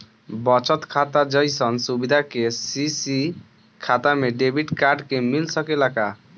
बचत खाता जइसन सुविधा के.सी.सी खाता में डेबिट कार्ड के मिल सकेला का?